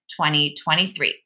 2023